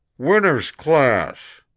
winners' class,